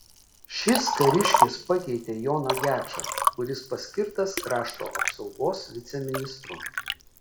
šis kariškis pakeitė joną gečą kuris paskirtas krašto apsaugos viceministru